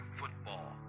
football